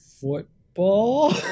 Football